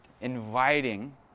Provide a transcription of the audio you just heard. inviting